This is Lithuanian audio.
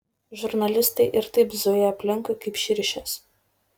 žurnalistai ir taip zuja aplinkui kaip širšės